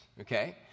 okay